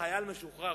חייל משוחרר,